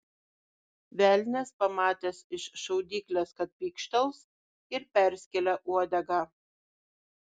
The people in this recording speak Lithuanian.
velnias pamatęs iš šaudyklės kad pykštels ir perskėlė uodegą